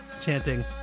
chanting